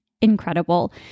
incredible